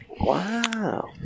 Wow